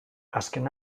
azken